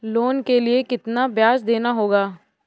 Loan के लिए कितना ब्याज देना होगा?